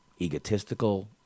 egotistical